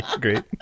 Great